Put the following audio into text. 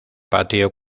patio